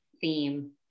theme